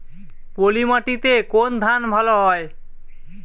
পলিমাটিতে কোন ধান ভালো হয়?